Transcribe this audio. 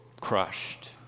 crushed